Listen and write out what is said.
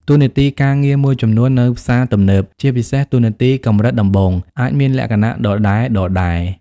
តួនាទីការងារមួយចំនួននៅផ្សារទំនើប ជាពិសេសតួនាទីកម្រិតដំបូង អាចមានលក្ខណៈដដែលៗ។